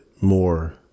more